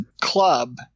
club